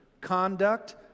conduct